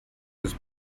his